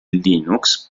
linux